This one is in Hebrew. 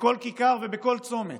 בכל כיכר ובכל צומת: